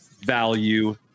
value